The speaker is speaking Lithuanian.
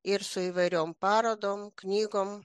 ir su įvairiom parodom knygom